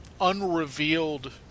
unrevealed